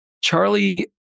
Charlie